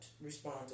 respond